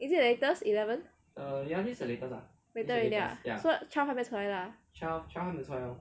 isit the latest eleven latest already lah so twelve 还没有出来 lah